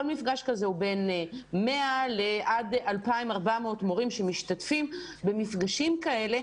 כל מפגש כזה הוא בין 100 עד 2,400 מורים שמשתתפים במפגשים כאלה,